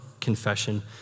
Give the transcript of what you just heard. confession